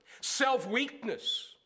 self-weakness